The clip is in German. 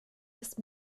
ist